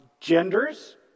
genders